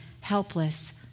helpless